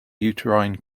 uterine